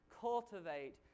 cultivate